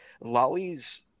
Lolly's